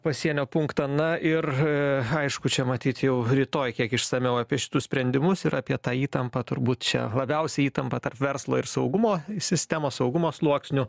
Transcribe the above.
pasienio punktą na ir aišku čia matyt jau rytoj kiek išsamiau apie šituos sprendimus ir apie tą įtampą turbūt čia labiausiai įtampa tarp verslo ir saugumo sistemos saugumo sluoksnių